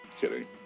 Kidding